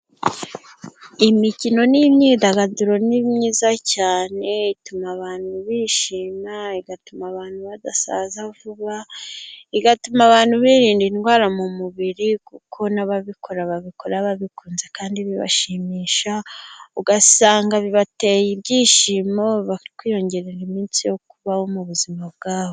Imikino n'imyidagaduro ni myiza cyane, ituma abantu bishima, igatuma abantu badasaza vuba, igatuma abantu birinda indwara mu mubiri, kuko n'ababikora babikora babikunze kandi bibashimisha, ugasanga bibateye ibyishimo bakiyongerera iminsi yo kubaho mu buzima bwabo.